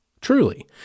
Truly